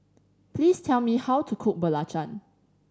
please tell me how to cook belacan